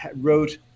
wrote